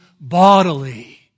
bodily